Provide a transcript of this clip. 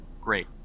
Great